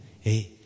Hey